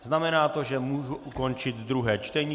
Znamená to, že mohu ukončit druhé čtení.